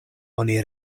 oni